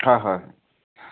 হয় হয়